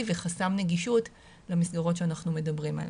וחסם נגישות למסגרות שאנחנו מדברים עליהן.